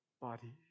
body